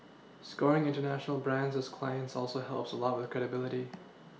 scoring international brands as clients also helps a lot with a credibility